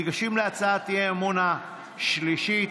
אנחנו ניגשים להצעת האי-אמון השלישית.